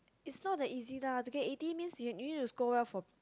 is not that easy lah eighty means you need to score well for